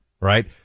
right